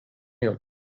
you